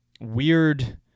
weird